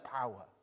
power